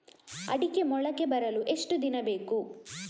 ಅಡಿಕೆ ಮೊಳಕೆ ಬರಲು ಎಷ್ಟು ದಿನ ಬೇಕು?